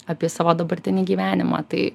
apie savo dabartinį gyvenimą tai